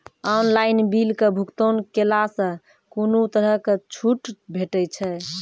Online बिलक भुगतान केलासॅ कुनू तरहक छूट भेटै छै?